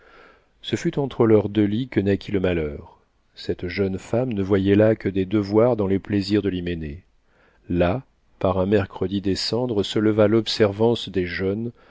ce fut entre leurs deux lits que naquit le malheur cette jeune femme ne voyait là que des devoirs dans les plaisirs de l'hyménée là par un mercredi des cendres se leva l'observance des jeûnes